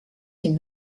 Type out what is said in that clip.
sind